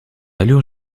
allure